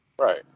Right